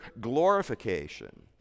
glorification